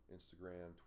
Instagram